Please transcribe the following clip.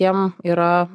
jiem yra